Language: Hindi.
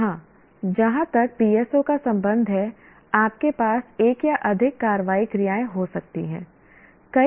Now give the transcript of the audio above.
यहाँ जहाँ तक PSO का संबंध है आपके पास एक या अधिक कार्रवाई क्रियाएं हो सकती हैं